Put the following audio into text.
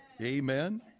Amen